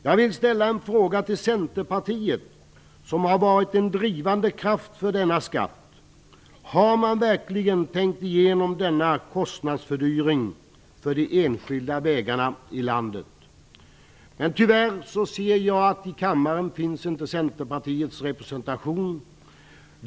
Jag vill ställa en fråga till Centerpartiet, som har varit en drivande kraft bakom den föreslagna skatten: Har man verkligen tänkt igenom denna kostnadsfördyring av de enskilda vägarna i landet? Tyvärr ser jag inte någon representant för Centerpartiet i kammaren.